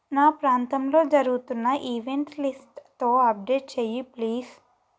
నా ప్రాంతంలో జరుగుతున్న ఈవెంట్ల లిస్ట్తో అప్డేట్ చెయ్యి ప్లీజ్